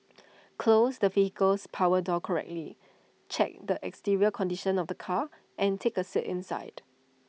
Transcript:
close the vehicle's power door correctly check the exterior condition of the car and take A sat inside